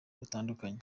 batandukanye